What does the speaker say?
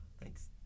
thanks